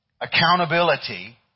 accountability